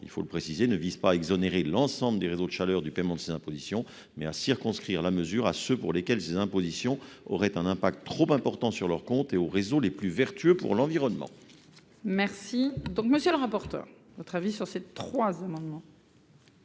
il faut le préciser, ne vise pas exonérer l'ensemble des réseaux de chaleur du paiement de ces imposition mais à circonscrire la mesure à ceux pour lesquels ces impositions aurait un impact trop important sur leur compte et aux réseaux les plus vertueux pour l'environnement. Merci donc monsieur le rapporteur, notre avis sur ces 3 hommes.